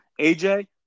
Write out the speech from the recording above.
AJ